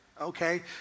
okay